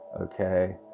okay